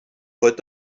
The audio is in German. wollt